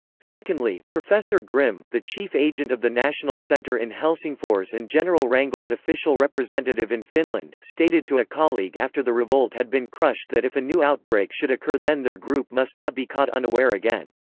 secondly, professor grimm, the chief agent of the national centre in helsingfors and general wrangel's official representative in finland, stated to a colleague after the revolt had been crushed that if a new outbreak should occur then their group must not be caught unaware again.